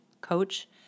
coach